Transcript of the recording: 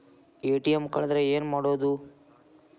ATM ಕಳದ್ರ ಏನು ಮಾಡೋದು?